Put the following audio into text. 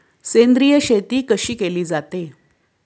सेंद्रिय शेती कशी केली जाते?